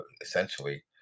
essentially